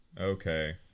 Okay